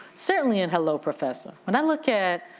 certainly in hello professor. when i look at,